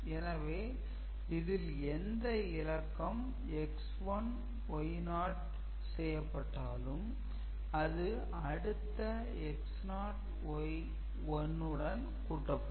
எனவே இதில் எந்த இலக்கம் X1 Y0 செய்யப்பட்டாலும் அது அடுத்து X0 Y1 உடன் கூட்டப்படும்